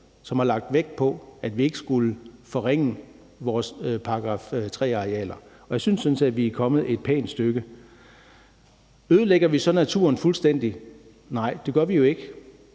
som har lagt vægt på, at vi ikke skulle forringe vores § 3-arealer, og jeg synes sådan set, at vi er kommet et pænt stykke. Ødelægger vi så naturen fuldstændigt? Nej, det gør vi jo ikke.